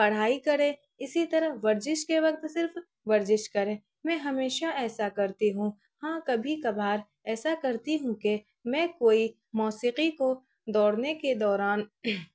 پڑھائی کرے اسی طرح ورزش کے وقت صرف ورزش کریں میں ہمیشہ ایسا کرتی ہوں ہاں کبھی کبھار ایسا کرتی ہوں کہ میں کوئی موسیقی کو دوڑنے کے دوران